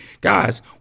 guys